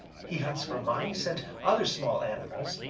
he hunts for mice and other small animals,